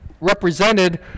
represented